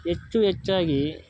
ಹೆಚ್ಚು ಹೆಚ್ಚಾಗಿ